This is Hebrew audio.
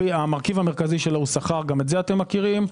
המרכיב המרכזי שלו הוא שכר גם את זה אתם מכירים.